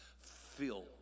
Fill